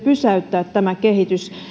pysäyttää tämä kehitys